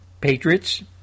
Patriots